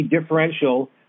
differential